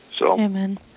Amen